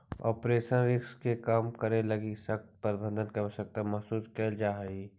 operational risk के कम करे लगी सशक्त प्रबंधन के आवश्यकता महसूस कैल जा हई